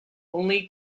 only